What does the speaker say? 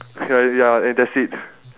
K ya eh that's it